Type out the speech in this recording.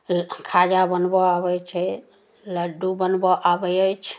खाजा बनबऽ आबै छै लड्डू बनबऽ आबै अछि